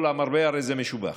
כל המרבה הרי זה משובח.